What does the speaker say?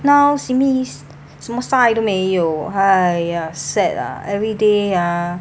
now simi 什么 sai 都没有 !haiya! sad ah everyday ah